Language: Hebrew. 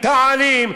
תע"לים,